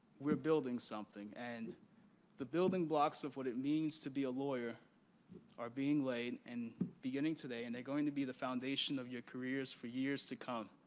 we're building something. and the building blocks of what it means to be a lawyer are being laid and beginning today, and they're going to be the foundation of your careers for years to come.